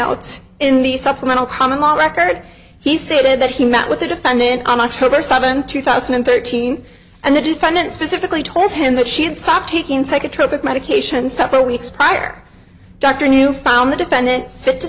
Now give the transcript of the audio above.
notes in the supplemental common law record he stated that he met with the defendant on october seventh two thousand and thirteen and the defendant specifically told him that she had stopped taking take a trip of medication suffer weeks prior dr new found the defendant fit to